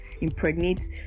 impregnate